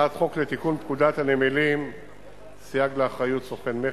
הצעת חוק לתיקון פקודת הנמלים (סייג לאחריות סוכן מכס),